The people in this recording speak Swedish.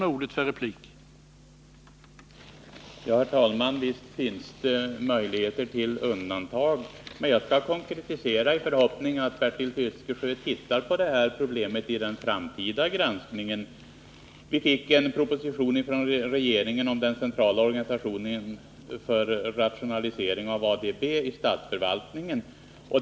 Herr talman! Visst finns det möjligheter till undantag. Men jag skall konkretisera, i förhoppning att Bertil Fiskesjö ser på det här problemet vid den framtida granskningen. Vi fick en proposition från regeringen om den centrala organisationen för rationalisering av ADB i statsförvaltningen.